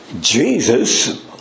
Jesus